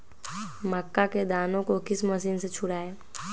मक्का के दानो को किस मशीन से छुड़ाए?